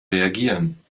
reagieren